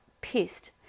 pissed